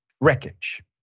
wreckage